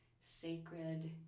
sacred